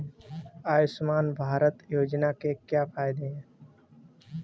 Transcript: आयुष्मान भारत योजना के क्या फायदे हैं?